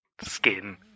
Skin